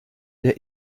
der